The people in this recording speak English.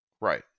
Right